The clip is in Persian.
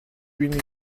بینیم